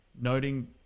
noting